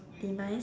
demise